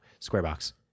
Squarebox